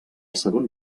segon